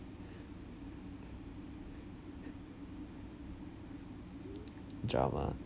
drama